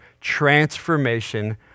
transformation